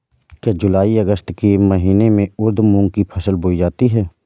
क्या जूलाई अगस्त के महीने में उर्द मूंग की फसल बोई जाती है?